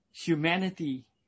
humanity